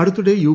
അടുത്തിടെ യു